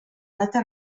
data